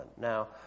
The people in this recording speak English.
now